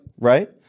Right